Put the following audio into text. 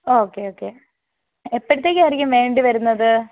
okay okay എപ്പോഴത്തേക്കായിരിക്കും വേണ്ടി വരുന്നത്